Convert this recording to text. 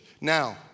Now